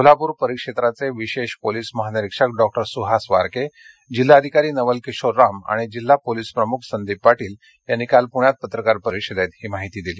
कोल्हापूर परिक्षेत्राचे विशेष पोलीस महानिरिक्षक डॉक्टर सुहास वारके जिल्हाधिकारी नवल किशोर राम आणि जिल्हा पोलीस प्रमुख संदीप पाटील यांनी काल पुण्यात पत्रकार परिषदेत ही माहिती दिली